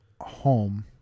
home